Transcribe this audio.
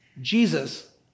Jesus